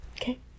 Okay